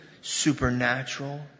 supernatural